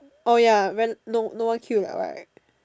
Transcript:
orh ya when no no one queue liao right